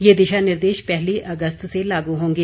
ये दिशा निर्देश पहली अगस्त से लागू होंगे